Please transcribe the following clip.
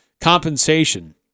compensation